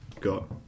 got